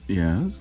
yes